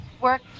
work